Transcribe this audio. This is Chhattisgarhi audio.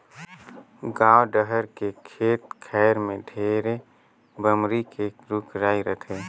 गाँव डहर के खेत खायर में ढेरे बमरी के रूख राई रथे